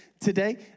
today